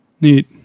Neat